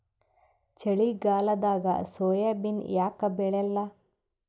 ಚಳಿಗಾಲದಾಗ ಸೋಯಾಬಿನ ಯಾಕ ಬೆಳ್ಯಾಲ?